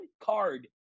card